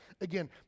Again